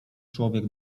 człowiek